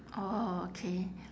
orh okay